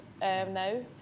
now